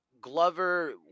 Glover